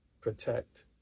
protect